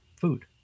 food